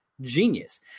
genius